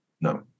No